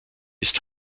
ist